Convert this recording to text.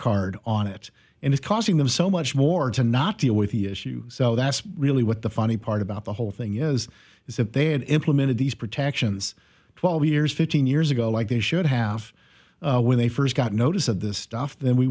card on it and it's costing them so much more to not deal with the issue so that's really what the funny part about the whole thing is is that they had implemented these protections twelve years fifteen years ago like they should have when they first got notice of this stuff then we